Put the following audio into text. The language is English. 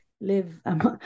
live